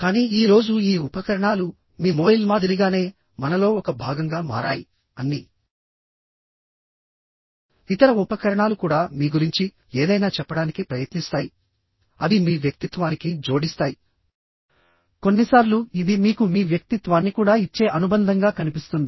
కానీ ఈ రోజు ఈ ఉపకరణాలు మీ మొబైల్ మాదిరిగానే మనలో ఒక భాగంగా మారాయి అన్ని ఇతర ఉపకరణాలు కూడా మీ గురించి ఏదైనా చెప్పడానికి ప్రయత్నిస్తాయి అవి మీ వ్యక్తిత్వానికి జోడిస్తాయి కొన్నిసార్లు ఇది మీకు మీ వ్యక్తిత్వాన్ని కూడా ఇచ్చే అనుబంధంగా కనిపిస్తుంది